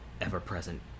ever-present